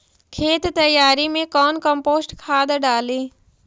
खेत तैयारी मे कौन कम्पोस्ट खाद डाली?